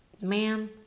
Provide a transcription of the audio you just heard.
Man